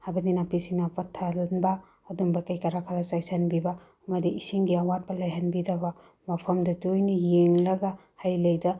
ꯍꯥꯏꯕꯗꯤ ꯅꯥꯄꯤ ꯁꯤꯡꯅꯥ ꯄꯠꯊꯍꯟꯕ ꯑꯗꯨꯝꯕ ꯀꯩꯀꯥꯔꯥ ꯈꯔ ꯆꯥꯏꯁꯤꯟꯕꯤꯕ ꯑꯃꯗꯤ ꯏꯁꯤꯡꯒꯤ ꯑꯋꯥꯠꯄ ꯂꯩꯍꯟꯕꯤꯗꯕ ꯃꯐꯝꯗꯨ ꯇꯣꯏꯅ ꯌꯦꯡꯂꯒ ꯍꯩ ꯂꯩꯗ